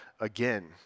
again